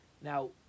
now